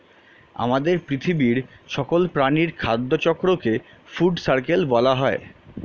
আমাদের পৃথিবীর সকল প্রাণীর খাদ্য চক্রকে ফুড সার্কেল বলা হয়